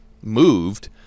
moved